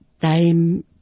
Time